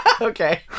okay